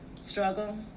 struggle